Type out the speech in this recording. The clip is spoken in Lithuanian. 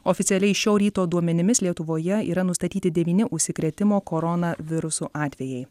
oficialiai šio ryto duomenimis lietuvoje yra nustatyti devyni užsikrėtimo koronavirusu atvejai